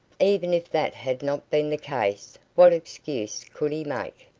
even if that had not been the case, what excuse could he make?